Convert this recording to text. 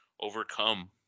overcome